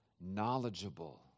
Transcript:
knowledgeable